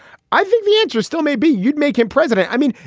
i think the answer still maybe you'd make him president. i mean,